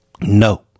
No